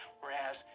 whereas